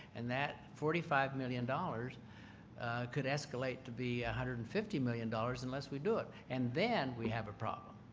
and that forty five million dollars could escalate to be one hundred and fifty million dollars unless we do it and then we have a problem,